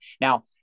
Now